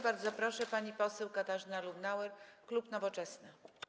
Bardzo proszę, pani poseł Katarzyna Lubnauer, klub Nowoczesna.